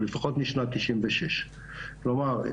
לפחות משנת 96. כלומר,